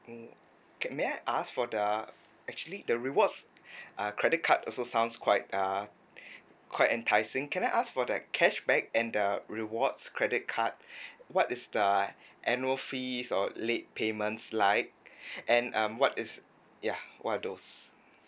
mm K may I ask for the actually the rewards uh credit card also sounds quite uh quite enticing can I ask for the cash back and the rewards credit card what is the annual fees or late payments like and um what is ya what are those